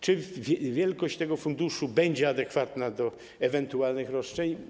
Czy wielkość tego funduszu będzie adekwatna do ewentualnych roszczeń?